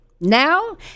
Now